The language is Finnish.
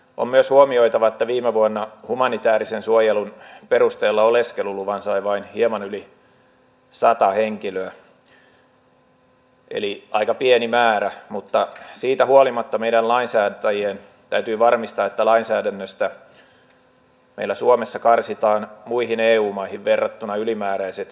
on myös huomioitava että viime vuonna humanitäärisen suojelun perusteella oleskeluluvan sai vain hieman yli sata henkilöä eli aika pieni määrä mutta siitä huolimatta meidän lainsäätäjien täytyy varmistaa että lainsäädännöstä meillä suomessa karsitaan muihin eu maihin verrattuna ylimääräiset vetovoimatekijät